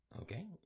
Okay